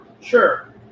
sure